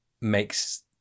makes